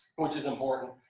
which is important.